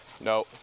no